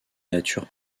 nature